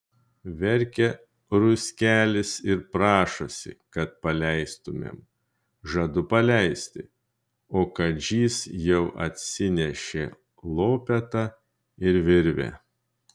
verkia ruskelis ir prašosi kad paleistumėm žadu paleisti o kadžys jau atsinešė lopetą ir virvę